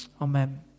Amen